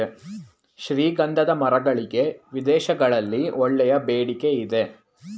ಶ್ರೀಗಂಧದ ಮರಗಳಿಗೆ ವಿದೇಶಗಳಲ್ಲಿ ಒಳ್ಳೆಯ ಬೇಡಿಕೆ ಇದೆ